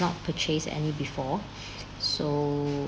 not purchase any before so